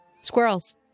squirrels